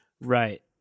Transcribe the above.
Right